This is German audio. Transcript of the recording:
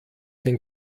den